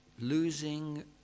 losing